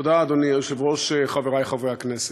אדוני היושב-ראש, תודה, חברי חברי הכנסת,